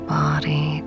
body